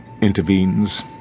intervenes